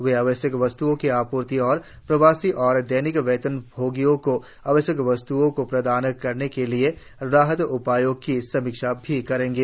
वे आवश्यक वस्तुओं की आपूर्ति और प्रवासी और दैनिक वेतन भोगियों को आवश्यक वस्तुओं को प्रदान करने के लिए राहत उपायों की समीक्षा भी करेंगे